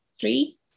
three